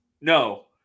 No